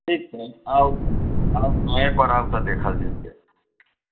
ठीक छै आउ फेर आउ इहे पर आउ तऽ देखल जयतै